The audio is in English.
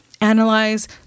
analyze